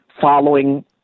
following